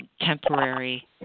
temporary